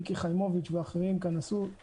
מיקי חיימוביץ' ואחרים כאן עשו דברים מדהימים.